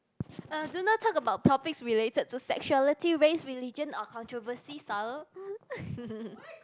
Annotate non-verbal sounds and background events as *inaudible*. uh do not talk about topics related to sexuality race religion or controversy style *laughs*